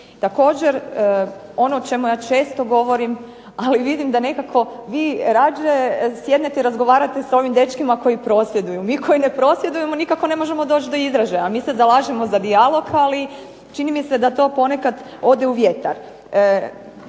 Također ono o čemu ja često govorim, ali vidim da nekako vi rađe sjednete, razgovarate sa ovim dečkima koji prosvjeduju. Mi koji ne prosvjedujemo nikako ne možemo doći do izražaja. Mi se zalažemo za dijalog, ali čini mi se da to ponekad ode u vjetar.